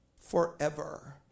forever